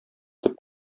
төп